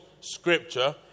scripture